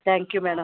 thank you madam